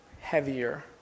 heavier